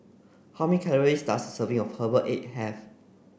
how many calories does serving of Herbal Egg have